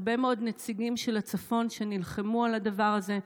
הרבה מאוד נציגים של הצפון שנלחמו על הדבר הזה.